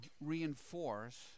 reinforce